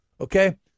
Okay